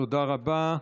תודה רבה.